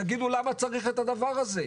תגידו למה צריך את הדבר הזה,